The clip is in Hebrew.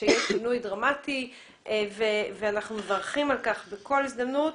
שיש שינוי דרמטי ואנחנו מברכים על כך בכל הזדמנות.